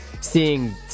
seeing